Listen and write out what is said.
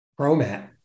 ProMAT